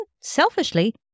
selfishly